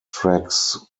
tracks